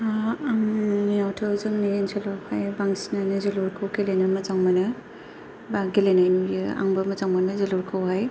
आंनिआवथ' जोंनि ओनसोलाव हाय बांसिनानो जोलुरखौ गेलेनो मोजां मोनो बा गेलेनाय नुयो आंबो मोजां मोनो जोलुरखौ हाय